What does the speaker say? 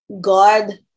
God